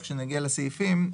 לסעיפים,